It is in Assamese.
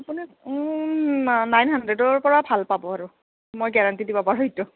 আপোনাৰ নাইন হাণড্ৰেদৰ পৰা ভাল পাব আৰু মই গেৰাণ্টি দিব পাৰো এইটো